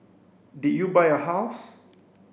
did you buy a house